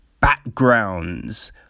Backgrounds